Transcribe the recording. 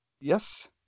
Yes